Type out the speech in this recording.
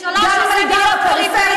גם אם אני גרה בפריפריה.